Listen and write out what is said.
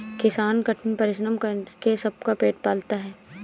किसान कठिन परिश्रम करके सबका पेट पालता है